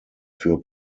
für